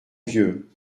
vieux